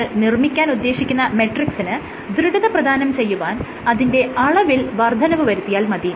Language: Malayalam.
നിങ്ങൾ നിർമ്മിക്കാൻ ഉദ്ദേശിക്കുന്ന മെട്രിക്സിന് ദൃഢത പ്രധാനം ചെയ്യുവാൻ അതിന്റെ അളവിൽ വർദ്ധനവ് വരുത്തിയാൽ മതി